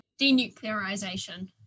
denuclearization